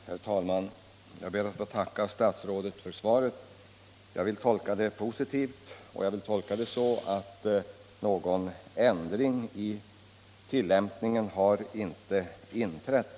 Herr talman! Jag ber att få tacka statsrådet för svaret. Jag vill tolka det positivt och så att någon ändring i tillämpningen inte har inträtt.